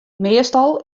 meastal